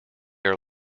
are